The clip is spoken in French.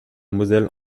moselle